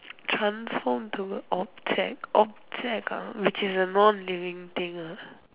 transform to object object ah which is a non living thing ah